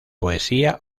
poesía